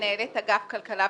לעצור.